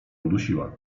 udusiła